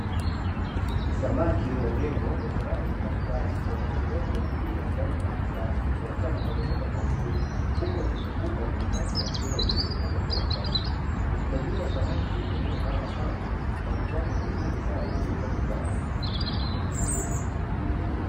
Samaki wa urembo wenye rangi mbalimbali, wanaogelea kwa utulivu ndani ya maji safi wakiwa wanameremeta kwa uzuri huku wakizunguka kwenye tanki la kioo lililotunzwa kwa uangalifu. Ufugaji huu wa samaki hutumika kama mapambo na ni chanzo kizuri sana cha kipato.